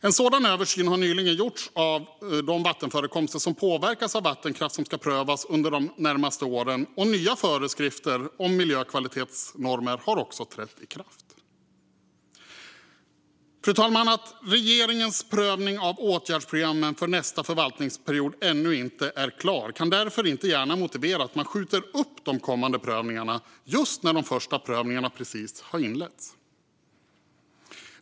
En sådan översyn har nyligen gjorts av de vattenförekomster som påverkas av vattenkraft som ska prövas under de närmaste åren, och nya föreskrifter om miljökvalitetsnormer har också trätt i kraft. Fru talman! Att regeringens prövning av åtgärdsprogrammen för nästa förvaltningsperiod ännu inte är klar kan därför inte gärna motivera att man skjuter upp de kommande prövningarna just när de första prövningarna precis har inletts.